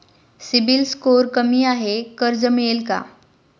CIBIL score कमी आहे कर्ज मिळेल का?